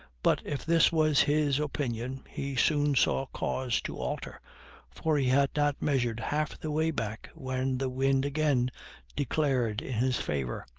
but, if this was his opinion, he soon saw cause to alter for he had not measured half the way back when the wind again declared in his favor,